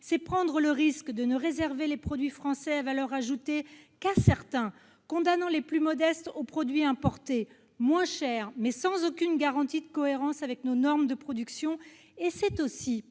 c'est prendre le risque de ne réserver les produits français, à forte valeur ajoutée, qu'à certains, condamnant les plus modestes aux produits importés, moins chers, mais sans aucune garantie de cohérence avec nos normes de production. C'est aussi